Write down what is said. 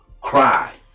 cry